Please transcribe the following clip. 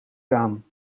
aan